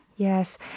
Yes